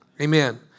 Amen